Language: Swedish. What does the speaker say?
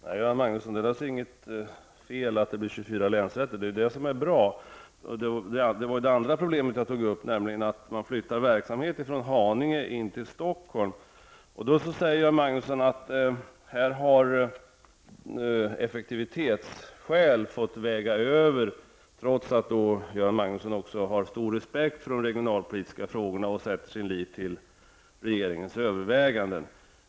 Herr talman! Jag ser, Göran Magnusson, inget fel i att det blir 24 länsrätter. Det är det som är bra. Det andra problemet som jag tog upp var att man flyttar verksamhet från Haninge in till Stockholm. Göran Magnusson säger att effektivitetsskäl fått väga över, trots att Göran Magnusson har stor respekt för de regionalpolitiska frågorna och sätter sin lit till regeringens överväganden.